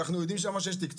אנחנו יודעים שיש שם תקצוב?